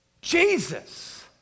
Jesus